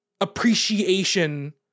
appreciation